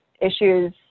issues